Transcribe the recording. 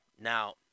Now